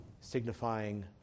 signifying